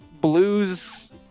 blues